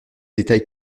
détails